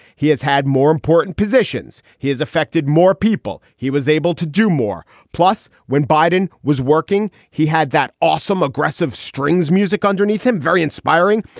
he has had more important positions. he has affected more people. he was able to do more. plus, when biden was working, he had that awesome aggressive string's music underneath him. very inspiring.